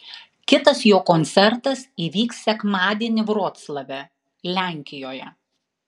kitas jo koncertas įvyks sekmadienį vroclave lenkijoje